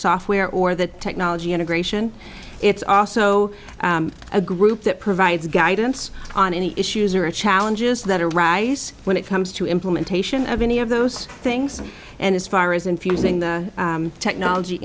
software or the technology integration it's also a group that provides guidance on any issues or a challenges that arise when it comes to implementation of any of those things and as far as infusing the technology